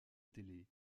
télé